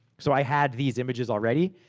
so, i had these images already.